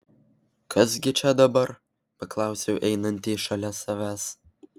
kas gi čia dabar paklausiau einantį šalia savęs